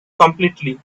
completely